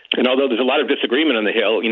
and although there's a lot of disagreement on the hill,